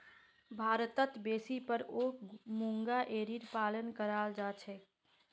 भारतत बेसी पर ओक मूंगा एरीर पालन कराल जा छेक